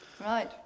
Right